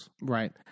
Right